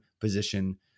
position